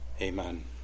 Amen